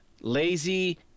lazy